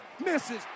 Misses